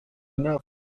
enough